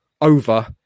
over